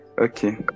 Okay